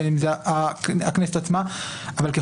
בין אם זה הכנסת עצמה,